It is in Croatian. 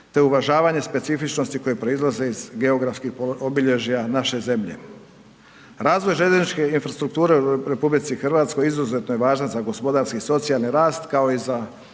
te uvažavanje specifičnosti koje proizlaze iz geografskih obilježja naše zemlje. Razvoj željezničke infrastrukture u HR izuzetno je važno za gospodarski i socijalni rast, kao i za